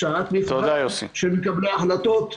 זו שעת מבחן של מקבלי ההחלטות,